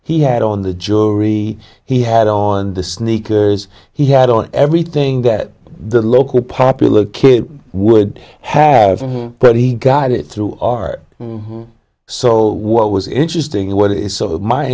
he had on the jury he had on the sneakers he had on everything that the local popular kid would have but he got it through art so what was interesting and what is so